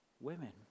women